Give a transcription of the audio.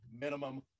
minimum